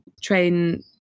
train